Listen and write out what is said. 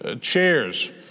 chairs